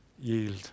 yield